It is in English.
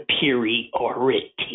superiority